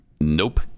Nope